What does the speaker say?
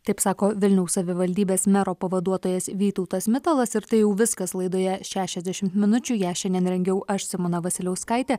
taip sako vilniaus savivaldybės mero pavaduotojas vytautas mitalas ir tai jau viskas laidoje šešiasdešimt minučių ją šiandien rengiau aš simona vasiliauskaitė